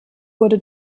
wurde